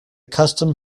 custom